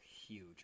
huge